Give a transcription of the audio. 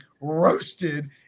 roasted